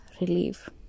relief